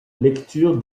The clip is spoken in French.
lecture